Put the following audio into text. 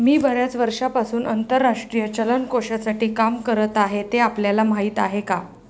मी बर्याच वर्षांपासून आंतरराष्ट्रीय चलन कोशासाठी काम करत आहे, ते आपल्याला माहीत आहे का?